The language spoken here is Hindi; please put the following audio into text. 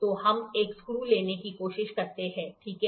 तो हम एक स्क्रू लेने की कोशिश करते हैं ठीक है